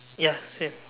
ya same